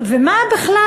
ומה בכלל,